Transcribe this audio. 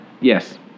Yes